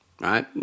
right